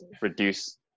reduce